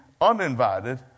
uninvited